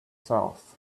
south